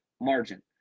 margin